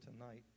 tonight